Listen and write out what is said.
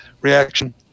reaction